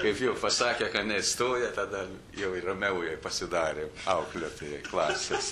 kaip jau pasakė kad neįstojo tada jau ir ramiau jai pasidarė auklėtojai klasės